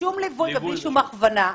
שום ליווי ובלי שום הכוונה.